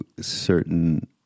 certain